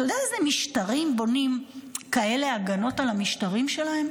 אתה יודע אילו משטרים בונים כאלה הגנות על המשטרים שלהם?